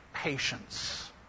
Patience